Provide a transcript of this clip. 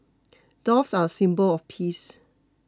doves are a symbol of peace